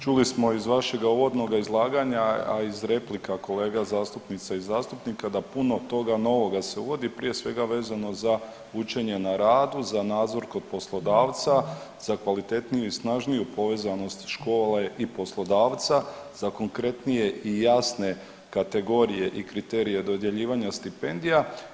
Čuli smo iz vašeg uvodnog izlaganja, a i iz replika kolega zastupnica i zastupnica da puno toga novoga se uvodi prije svega vezano za učenje na radu, za nadzor kod poslodavca, za kvalitetniju i snažniju povezanost škole i poslodavca, za konkretnije i jasne kategorije i kriterije dodjeljivanja stipendija.